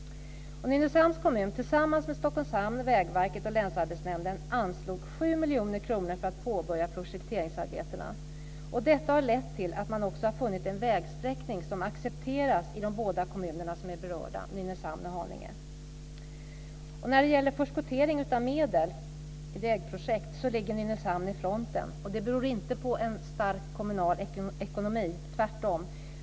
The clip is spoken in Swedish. Nynäshamns kommun tillsammans med Stockholms hamn, Vägverket och länsarbetsnämnden anslog 7 miljoner kronor för att man skulle påbörja projekteringsarbetet. Detta har lett till att man också har funnit en vägsträckning som accepteras i de båda kommuner som är berörda, Nynäshamn och Haninge. När det gäller förskottering av medel till vägprojekt ligger Nynäshamn i fronten. Det beror inte på en stark kommunal ekonomi, tvärtom.